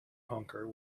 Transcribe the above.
honker